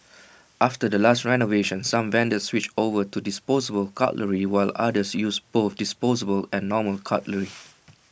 after the last renovation some vendors switched over to disposable cutlery while others use both disposable and normal cutlery